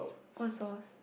what sauce